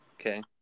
Okay